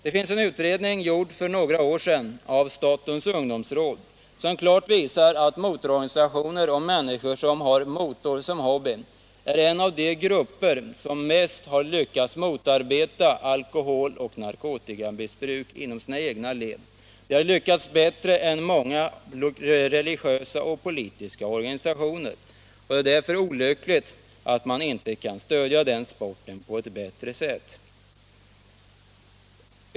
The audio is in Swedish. För några år sedan gjordes det en undersökning av statens ungdomsråd som klart visade att motororganisationer och människor som har motor som hobby tillhör de grupper som bäst har lyckats motarbeta alkoholoch narkotikamissbruk inom sina egna led. De har lyckats bättre än många religiösa och politiska organisationer. Det är därför olyckligt att man inte kan stödja sporten på ett bättre sätt.